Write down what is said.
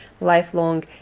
lifelong